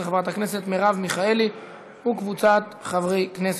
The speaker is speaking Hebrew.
של חברת הכנסת מרב מיכאלי וקבוצת חברי הכנסת.